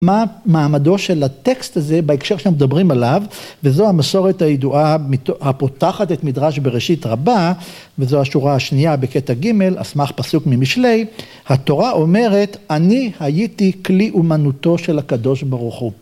מה מעמדו של הטקסט הזה בהקשר שמדברים עליו וזו המסורת הידועה הפותחת את מדרש בראשית רבה וזו השורה השנייה בקטע ג׳ על סמך פסוק ממשלי התורה אומרת אני הייתי כלי אומנותו של הקדוש ברוך הוא.